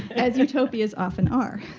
as utopias often are.